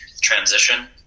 transition